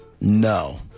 No